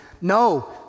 No